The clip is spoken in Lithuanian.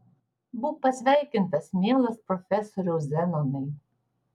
būk pasveikintas mielas profesoriau zenonai